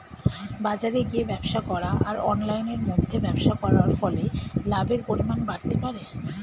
বাজারে গিয়ে ব্যবসা করা আর অনলাইনের মধ্যে ব্যবসা করার ফলে লাভের পরিমাণ বাড়তে পারে?